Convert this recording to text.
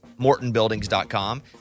MortonBuildings.com